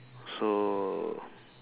so